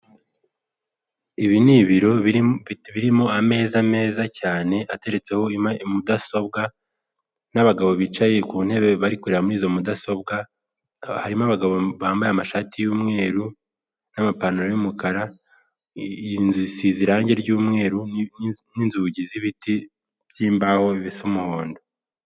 Ibi ni ibiro birimo ameza meza cyane ateretseho mudasobwa n'abagabo bicaye ku ntebe bari kureba muri izo mudasobwa hari aba bambaye amashati y'umweru n'amapantaro y'umukara iy'inzu isize irangi ry'umweru n'inzugi z'ibiti by'imbaho bisa umuhondo.